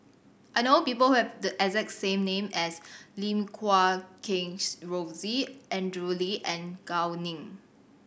I know people who have the exact same name as Lim Guat Kheng Rosie Andrew Lee and Gao Ning